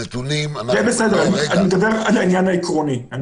זה בסדר, אני מדבר על העניין העקרוני.